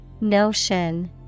Notion